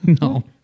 No